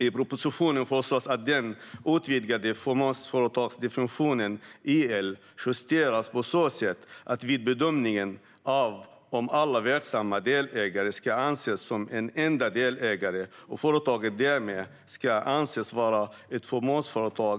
I propositionen föreslås att den utvidgade fåmansföretagsdefinitionen i IL justeras vad gäller bedömningen av om alla verksamma delägare ska anses som en enda delägare och företaget därmed ska anses vara ett fåmansföretag.